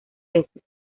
veces